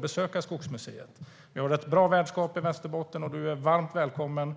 besöka Skogsmuseet i Lycksele. Vi har ett bra värdskap i Västerbotten, och ministern är varmt välkommen.